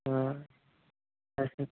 sir